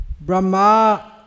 Brahma